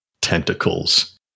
tentacles